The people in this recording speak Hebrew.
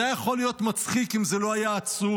זה היה יכול להיות מצחיק אם זה לא היה עצוב,